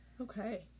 Okay